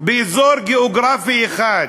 באזור גיאוגרפי אחד,